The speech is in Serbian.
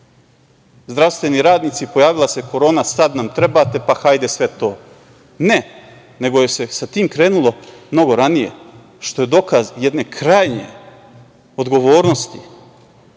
zdravstveni radnici, pojavila se korona, sad nam trebate, pa hajde sve to – ne, nego se sa tim krenulo mnogo ranije, što je dokaz jedne krajnje odgovornosti